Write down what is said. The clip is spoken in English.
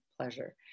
pleasure